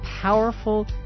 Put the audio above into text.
powerful